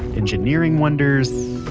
engineering wonders,